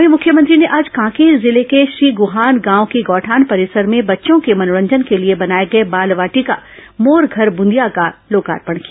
वहीं मुख्यमंत्री ने आज कांकेर जिले के श्रीगुहान गांव के गौठान परिसर में बच्चों के मनोरंजन के लिए बनाए गए बाल वाटिका मोर घर ब्रंदिया का लोकार्पण किया